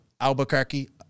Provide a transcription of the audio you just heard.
Albuquerque